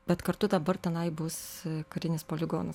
bet kartu dabar tenai bus karinis poligonas